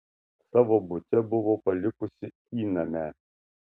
savo bute buvo palikusi įnamę